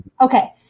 okay